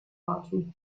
party